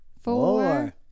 four